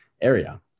area